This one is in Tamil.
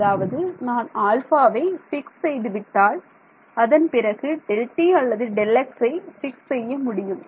அதாவது நான் ஆல்பாவை பிக்ஸ் செய்துவிட்டால் அதன்பிறகு Δt அல்லது Δxஐ பிக்ஸ் செய்ய முடியும்